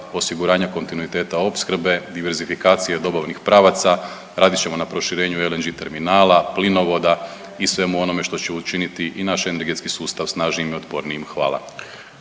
osiguranja kontinuiteta opskrbe, divezifikacije dobavnih pravaca. Radit ćemo na proširenju LNG terminala, plinovoda i svemu onome što će učiniti i naš energetskim sustav snažnijim i otpornijim. Hvala.